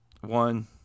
One